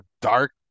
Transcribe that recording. dark